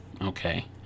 Okay